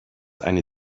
eine